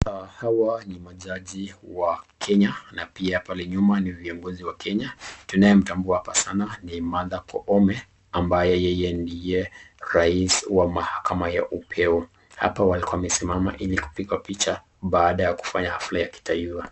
Hawa ni majaji wa kenya na pia pale nyuma ni viongozi wa kenya. Tunayemtambua hapa sana ni Martha Koome ambaye yeye ndiye rais wa mahakama ya upeo hapa walikuwa wamesimama ili kupigwa picha baada ya kufanya hafla ya kitaifa.